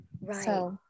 Right